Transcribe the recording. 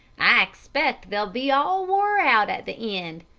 i expect they'll be all wore out at the end.